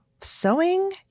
sewing